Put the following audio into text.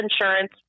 insurance